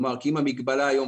אם המגבלה היום,